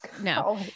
no